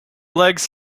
legs